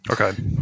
Okay